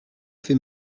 fait